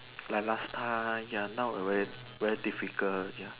like last time ya now already very difficult ya